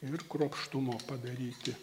ir kruopštumo padaryti